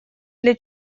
для